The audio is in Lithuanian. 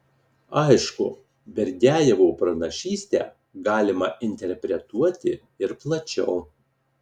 aišku berdiajevo pranašystę galima interpretuoti ir plačiau